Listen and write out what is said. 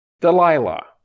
Delilah